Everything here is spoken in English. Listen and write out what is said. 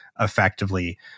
effectively